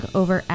over